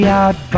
out